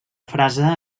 frase